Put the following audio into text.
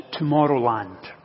Tomorrowland